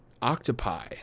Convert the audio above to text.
octopi